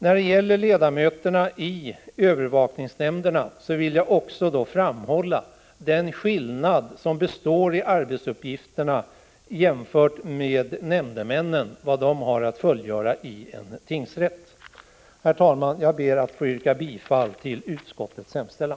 När det gäller ledamöterna i övervakningsnämnderna vill jag också framhålla skillnaden i fråga om arbetsuppgifterna jämfört med det uppdrag nämndemännen har att fullgöra i en tingsrätt. Herr talman! Jag ber att få yrka bifall till utskottets hemställan.